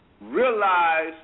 realize